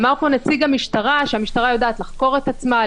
אמר פה נציג המשטרה שהמשטרה יודעת לחקור את עצמה,